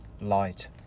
light